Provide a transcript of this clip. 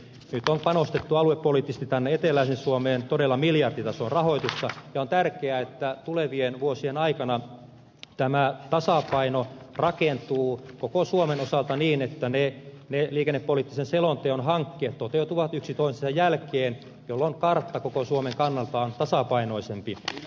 nyt on panostettu aluepoliittisesti tänne eteläiseen suomeen todella miljarditason rahoitusta ja on tärkeää että tulevien vuosien aikana tämä tasapaino rakentuu koko suomen osalta niin että liikennepoliittisen selonteon hankkeet toteutuvat yksi toisensa jälkeen jolloin kartta koko suomen kannalta on tasapainoisempi